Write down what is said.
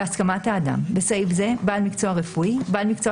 בהסכמת האדם; בסעיף זה "בעל מקצוע רפואי" בעל מקצוע